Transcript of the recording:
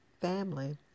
family